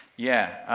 yeah,